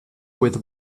with